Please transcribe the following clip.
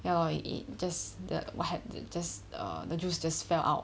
well it just the what happen just err the juice just fell out